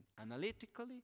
analytically